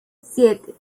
siete